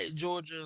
Georgia